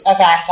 Okay